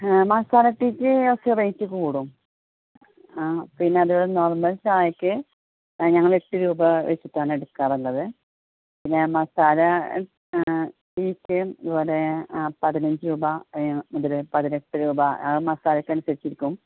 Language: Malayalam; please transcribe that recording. മസാല ടീക്ക് ഒക്കെ റേറ്റ് കൂടും ആ പിന്നെ അത് നോർമൽ ചായയ്ക്ക് ഞങ്ങൾ എട്ട് രൂപ വെച്ചിട്ടാണ് എടുക്കാറുള്ളത് പിന്നെ മസാല ഇതുപോലെ പതിനഞ്ച് രൂപ പതിനെട്ട് രൂപ മസാലയ്ക്കനുസരിച്ചിരിക്കും